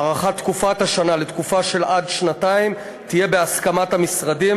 הארכת תקופת השנה לתקופה של עד שנתיים תהיה בהסכמת המשרדים,